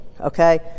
okay